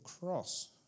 cross